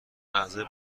اعضای